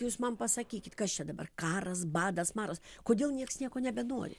jūs man pasakykit kas čia dabar karas badas maras kodėl nieks nieko nebenori